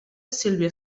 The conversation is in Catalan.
sílvia